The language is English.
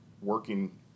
working